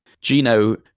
Gino